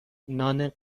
نان